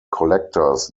collectors